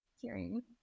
hearing